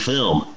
Film